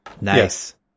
nice